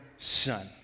Son